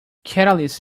catalysts